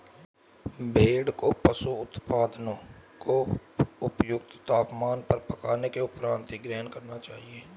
भेड़ को पशु उत्पादों को उपयुक्त तापमान पर पकाने के उपरांत ही ग्रहण करना चाहिए